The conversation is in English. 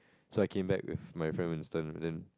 so I came back with my friend Winston then